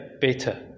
better